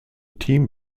team